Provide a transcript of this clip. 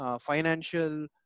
financial